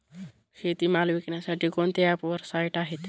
शेतीमाल विकण्यासाठी कोणते ॲप व साईट आहेत?